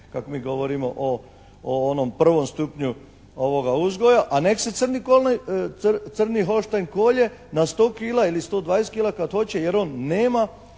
kako mi govorimo o onom prvom stupnju ovoga uzgoja, a nek se crni hoštajn kolje na 100 kila ili 120 kila kad hoće jer on nema